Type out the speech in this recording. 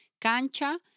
Cancha